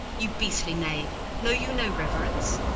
you beastly knave, know you no reverence?